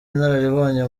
inararibonye